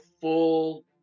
full